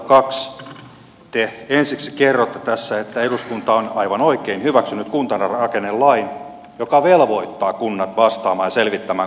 te ensiksi kerrotte tässä että eduskunta on aivan oikein hyväksynyt kuntarakennelain joka velvoittaa kunnat vastaamaan ja selvittämään kuntaliitoksen mahdollisuuksia